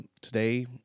Today